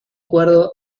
cuerdo